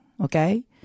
okay